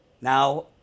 now